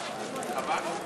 אדוני